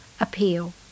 appeal